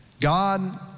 God